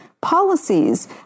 policies